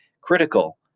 critical